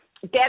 Get